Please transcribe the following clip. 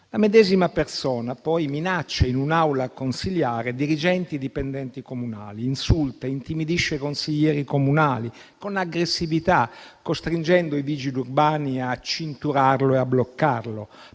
La medesima persona poi minaccia in un'aula consiliare dirigenti e dipendenti comunali; insulta e intimidisce consiglieri comunali con aggressività, costringendo i vigili urbani a cinturarlo e a bloccarlo.